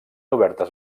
obertes